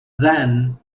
than